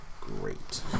great